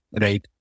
right